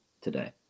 today